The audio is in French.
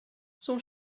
son